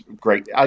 great